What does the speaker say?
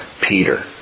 Peter